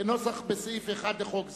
כנוסחו בסעיף 1 לחוק זה,